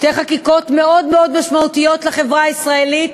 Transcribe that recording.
שתי חקיקות מאוד מאוד משמעותיות לחברה הישראלית,